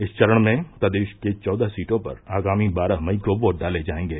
इस चरण में प्रदेश के चौदह सीटों पर आगामी बारह मई को वोट डाले जायेंगे